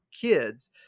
kids